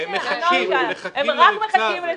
הם רק מחכים לזה.